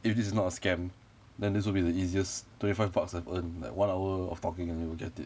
if this is not a scam then this will be the easiest twenty five bucks I've earned like one hour of talking and I will get it